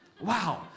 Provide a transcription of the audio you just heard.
Wow